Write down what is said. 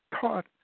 taught